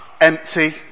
empty